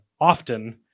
often